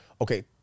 Okay